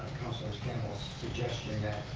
councilor campbell's suggestion